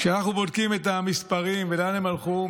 כשאנחנו בודקים את המספרים ולאן הם הלכו,